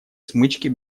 смычки